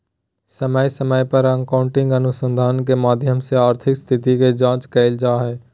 समय समय पर अकाउन्टिंग अनुसंधान के माध्यम से आर्थिक स्थिति के जांच कईल जा हइ